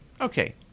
Okay